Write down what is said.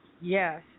Yes